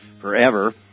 forever